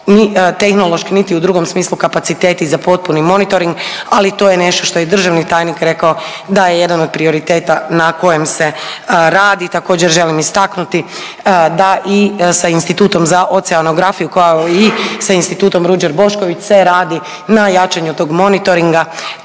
niti u drugom smislu kapaciteti za potpuni monitoring, ali i to je nešto što je i državni tajnik rekao da je jedan od prioriteta na kojem se radi. Također želim istaknuti da i sa Institutom za oceanografiju, kao i sa Institutom Ruđer Bošković se radi na jačanju tog monitoringa,